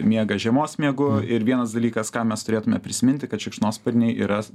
miega žiemos miegu ir vienas dalykas ką mes turėtume prisiminti kad šikšnosparniai yra